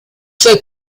suoi